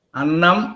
annam